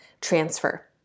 transfer